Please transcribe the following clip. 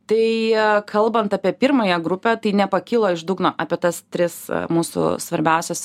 tai kalbant apie pirmąją grupę tai nepakilo iš dugno apie tas tris mūsų svarbiausias